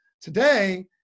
Today